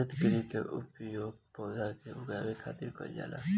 हरितगृह के उपयोग पौधा के उगावे खातिर कईल जाला